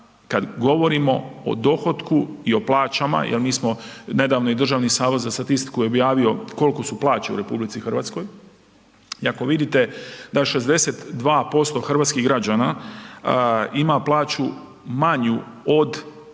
kad govorimo o dohotku i o plaćama, jer mi smo nedavno je i Državni zavod za statistiku objavio koliko su plaće u RH. I ako vidite da 62% hrvatskih građana ima plaću manju od 6.253